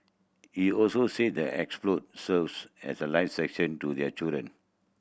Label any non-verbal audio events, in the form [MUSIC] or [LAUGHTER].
he also said the [UNINTELLIGIBLE] serves as a life section to their children